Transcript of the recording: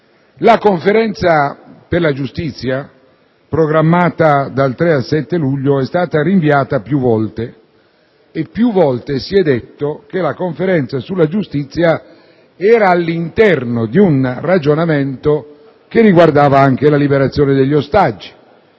giudiziario afghano, programmata dal 3 al 7 luglio, è stata rinviata più volte, e più volte si è detto che tale Conferenza era inserita all'interno di un ragionamento che riguardava anche la liberazione degli ostaggi.